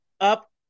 up